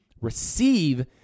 receive